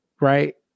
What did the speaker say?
right